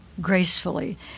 gracefully